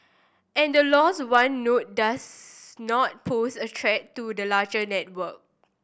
and loss of one node does not pose a threat to the larger network